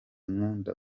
nkunga